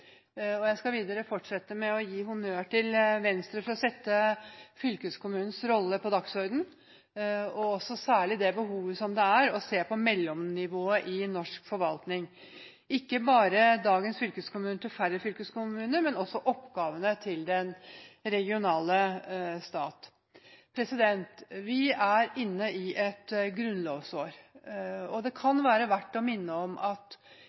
2. Jeg skal fortsette med å gi honnør til Venstre for å sette fylkeskommunens rolle på dagsordenen, og særlig det behovet det er for å se på mellomnivået i norsk forvaltning. Det dreier seg ikke bare om å gå fra dagens antall fylkeskommuner til færre fylkeskommuner, men også om oppgavene til den regionale stat. Vi er inne i et grunnlovsår, og det kan være verdt å minne om at